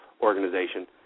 organization